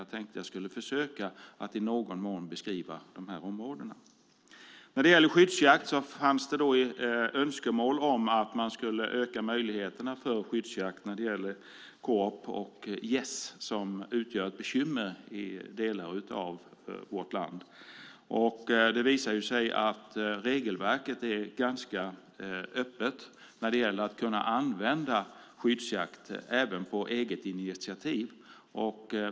I någon mån ska jag försöka beskriva dessa områden. Det har funnits önskemål om att öka möjligheterna till skyddsjakt på korp och gäss som utgör ett bekymmer i delar av vårt land. Regelverket visar sig vara ganska öppet när det gäller att även på eget initiativ kunna använda skyddsjakt.